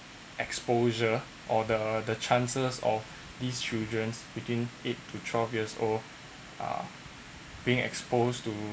exposure or the the chances of these childrens between eight to twelve years old are being exposed to